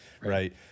right